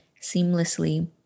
seamlessly